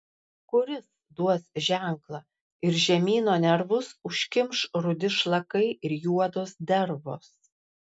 kuris duos ženklą ir žemyno nervus užkimš rudi šlakai ir juodos dervos